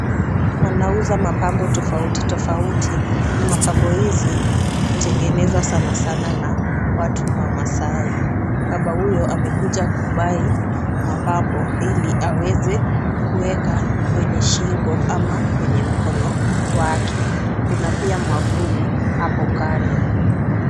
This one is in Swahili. Wanauza mapambo tofauti tofauti na mapambo hizi hutengenezwa sanasana na watu wamaasai. Baba huyo amekuja kubuy mapambo ili aweze kuweka kwenye shingo ama kwenye mkono wake. Kuna pia mwavuli, hapo kando.